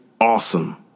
awesome